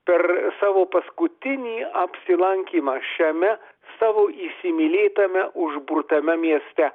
per savo paskutinį apsilankymą šiame savo įsimylėtame užburtame mieste